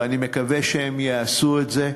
ואני מקווה שהן יעשו את זה.